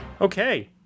Okay